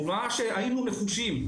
הוא ראה שהיינו נחושים.